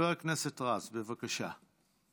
חבר הכנסת רז, בבקשה.